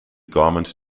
garment